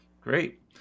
Great